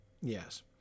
Yes